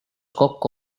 kokku